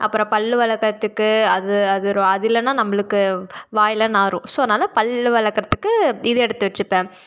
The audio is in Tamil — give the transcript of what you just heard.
அப்புறம் பல் விளக்குறத்துக்கு அது அது ரொ அது இல்லைன்னா நம்பளுக்கு வாயெல்லாம் நாறும் ஸோ அதனால பல் விளக்கறத்துக்கு இது எடுத்து வச்சுப்பேன்